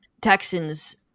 Texans